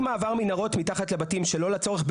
אי מעבר מנהרות מתחת לבתים שלא לצורך,